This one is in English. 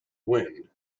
wind